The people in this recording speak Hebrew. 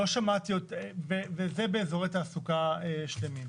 וזה באזורי תעסוקה שלמים.